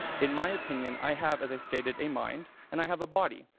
in my opinion, i have as i stated a mind and i have a body.